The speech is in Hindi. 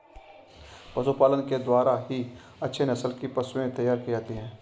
पशुपालन के द्वारा ही अच्छे नस्ल की पशुएं तैयार की जाती है